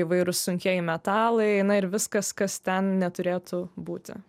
įvairūs sunkieji metalai na ir viskas kas ten neturėtų būti